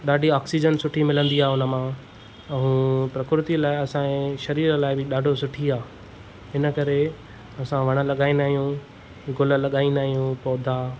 ॾाढी ऑक्सीज़न सुठी मिलंदी आहे हुन मां ऐं प्रकृति लाइ असांजे शरीर लाइ बि ॾाढो सुठी आहे इन करे असां वण लॻाईंदा आहियूं गुल लॻाईंदा आहियूं पौधा